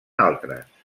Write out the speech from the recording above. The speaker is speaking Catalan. altres